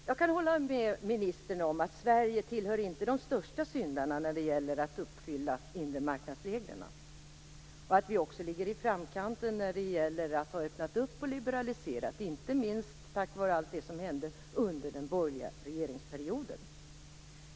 Fru talman! Jag kan hålla med ministern om att Sverige inte tillhör de största syndarna när det gäller att uppfyllainre marknadsreglerna. Vi ligger också i framkanten i fråga om att ha öppnat upp och liberaliserat, inte minst tack vare det som hände under den borgerliga regeringsperioden.